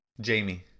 Jamie